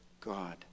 God